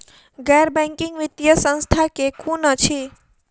गैर बैंकिंग वित्तीय संस्था केँ कुन अछि?